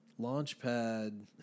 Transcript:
Launchpad